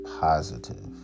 positive